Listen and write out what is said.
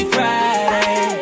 Friday